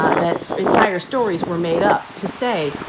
ah that entire stories were made up to say,